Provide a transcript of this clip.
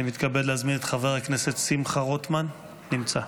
אני מתכבד להזמין את חבר הכנסת שמחה רוטמן, נמצא.